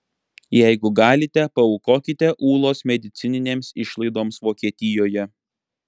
jeigu galite paaukokite ūlos medicininėms išlaidoms vokietijoje